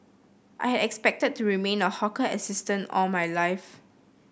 I had expected to remain a hawker assistant all my life